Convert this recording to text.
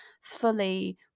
fully